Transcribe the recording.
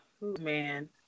man